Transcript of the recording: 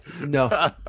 No